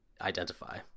identify